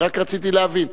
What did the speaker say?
אני רק רציתי להבין.